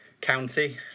county